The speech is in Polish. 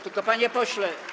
Tylko panie pośle.